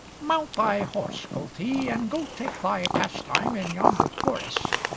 mount thy horse, quoth he, and go take thy pastime in yonder forest,